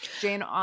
Jane